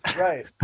Right